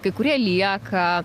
kai kurie lieka